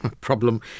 problem